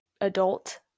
adult